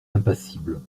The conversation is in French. impassible